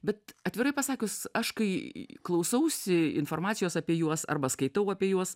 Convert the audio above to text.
bet atvirai pasakius aš kai klausausi informacijos apie juos arba skaitau apie juos